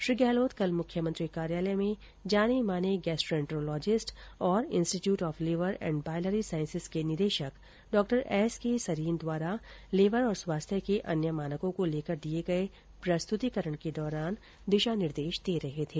श्री गहलोत कल मुख्यमंत्री कार्यालय में जाने माने गेस्ट्रोएंट्रोलॉजिस्ट और institute of liver and biliary साईसेज के निदेशक डॉ एसके सरीन द्वारा लीवर और स्वास्थ्य के अन्य मानकों को लेकर दिए गए प्रस्तुतीकरण के दौरान दिशा निर्देश दे रहे थे